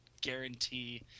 guarantee